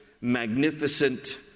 magnificent